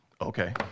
okay